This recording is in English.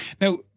Now